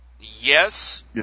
Yes